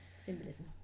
Symbolism